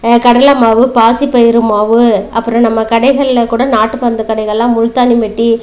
கடலை மாவு பாசிப் பயிறு மாவு அப்புறம் நம்ம கடைகளில் கூட நாட்டு மருந்து கடைகளெலாம் முல்தானி மெட்டி